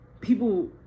people